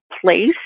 place